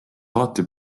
alati